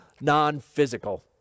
non-physical